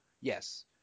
Yes